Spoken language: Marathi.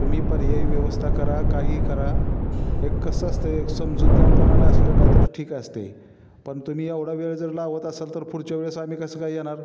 तुम्ही पर्यायी व्यवस्था करा काही करा एक कसं असते एक समजूतदारपणा असलं ना तर ठीक असतंय पण तुम्ही एवढा वेळ जर लावत असेल तर पुढच्या वेळेस आम्ही कसं काय येणार